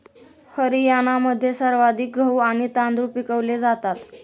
हरियाणामध्ये सर्वाधिक गहू आणि तांदूळ पिकवले जातात